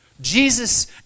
Jesus